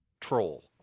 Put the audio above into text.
troll